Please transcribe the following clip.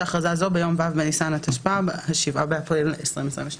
הכרזה זו ביום ו' בניסן התשפ״ב (7 באפריל 2022)."